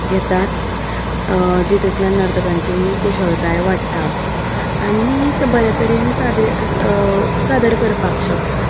घेतात जितुंतल्यान नर्तकांची कुशळताय वाडटा आनी ते बऱ्या तरेन सादरे अस सादर करपाक शकतात